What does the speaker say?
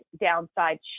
downside